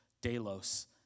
Delos